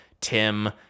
Tim